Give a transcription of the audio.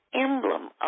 emblem